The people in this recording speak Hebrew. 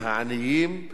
העניים,